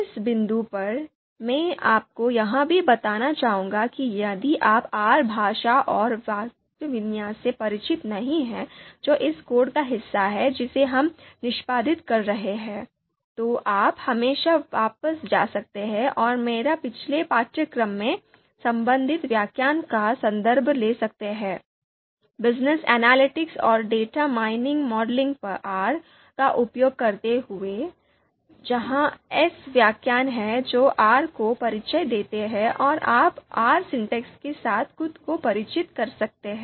इस बिंदु पर मैं आपको यह भी बताना चाहूंगा कि यदि आप R भाषा और वाक्यविन्यास से परिचित नहीं हैं जो इस कोड का हिस्सा है जिसे हम निष्पादित कर रहे हैं तो आप हमेशा वापस जा सकते हैं और मेरे पिछले पाठ्यक्रम में संबंधित व्याख्यान का संदर्भ ले सकते हैं बिजनेस एनालिटिक्स और डेटा माइनिंग मॉडलिंग आर का उपयोग करते हुए जहां ऐसे व्याख्यान हैं जो आर को परिचय देते हैं और आप आर सिंटैक्स के साथ खुद को परिचित कर सकते हैं